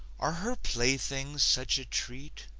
are her playthings such a treat?